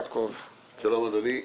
שלום אדוני.